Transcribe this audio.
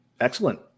Excellent